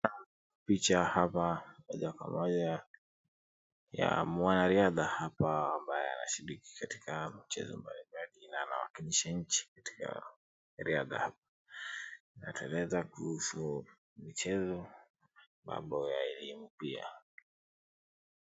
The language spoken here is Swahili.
Picha hapa ya moja kwa moja ya mwanariadha hapa ambaye anashiriki katika michezo mbali mbali na anawakilisha nchi katika riadha. Anatweleza kuhusu michezo, mambo ya elimu pia.